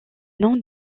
noms